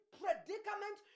predicament